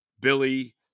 Billy